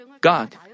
God